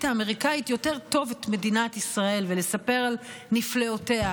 האמריקאית יותר טוב את מדינת ישראל ולספר על נפלאותיה.